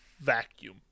vacuum